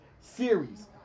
series